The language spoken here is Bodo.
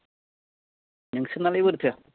नोंसिनालाय बोरोथो